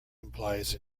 implies